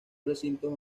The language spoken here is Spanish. recintos